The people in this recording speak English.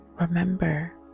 remember